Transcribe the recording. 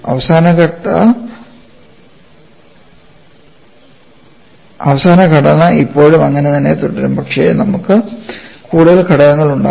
അടിസ്ഥാന ഘടന ഇപ്പോഴും അങ്ങനെ തന്നെ തുടരും പക്ഷേ നമുക്ക് കൂടുതൽ ഘടകങ്ങൾ ഉണ്ടാകും